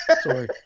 Sorry